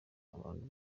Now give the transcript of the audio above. abantu